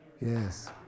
Yes